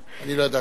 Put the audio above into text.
אני לא ידעתי.